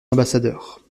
ambassadeur